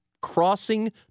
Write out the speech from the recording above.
crossing